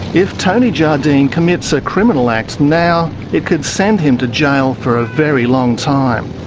if tony jardine commits a criminal act now, it could send him to jail for a very long time.